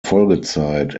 folgezeit